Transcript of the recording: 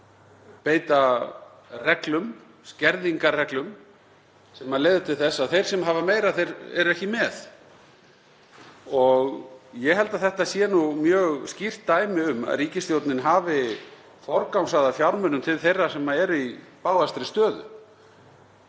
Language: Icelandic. að beita reglum, skerðingarreglum, sem leiða til þess að þeir sem hafa meira eru ekki með. Ég held að þetta sé mjög skýrt dæmi um að ríkisstjórnin hafi forgangsraðað fjármunum til þeirra sem eru í bágastri stöðu.